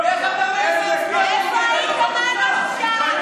נראה אותך נותן את הקול לעצמאים.